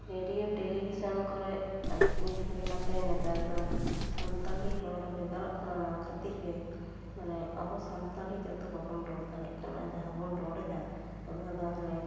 radio television ᱠᱚᱨᱮᱫ ᱟᱲᱯᱤᱱᱤᱴ ᱞᱮᱠᱟᱛᱮ ᱱᱮᱛᱟᱨ ᱫᱚ ᱥᱟᱱᱛᱟᱲᱤ ᱨᱚᱲ ᱵᱷᱮᱜᱟᱨᱚᱜ ᱠᱟᱱᱟ ᱱᱚᱣᱟ ᱠᱷᱟᱹᱛᱤᱨ ᱜᱮ ᱢᱟᱱᱮ ᱟᱵᱚ ᱥᱟᱱᱛᱟᱞᱤ ᱡᱚᱛᱚ ᱵᱟᱵᱚᱱ ᱨᱚᱲ ᱫᱟᱲᱮᱭᱟᱜ ᱠᱟᱱᱟ ᱡᱟᱦᱟᱸ ᱵᱚᱱ ᱨᱚᱲ ᱮᱫᱟ ᱚᱱᱟᱫᱚ ᱦᱟᱱᱮ